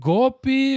Gopi